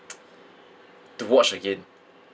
to watch again